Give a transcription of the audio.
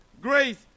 grace